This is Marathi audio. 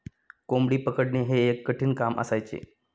कोंबडी पकडणे हे एक कठीण काम असायचे